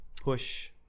Push